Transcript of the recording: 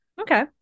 Okay